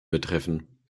betreffen